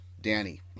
Danny